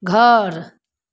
घर